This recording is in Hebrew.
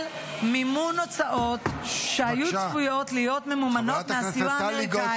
מימון הוצאות שהיו צפויות להיות ממומנות מהסיוע האמריקאי --" בבקשה.